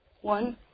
One